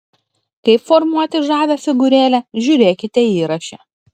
kaip formuoti žavią figūrėlę žiūrėkite įraše